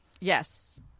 Yes